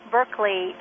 Berkeley